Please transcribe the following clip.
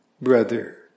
brother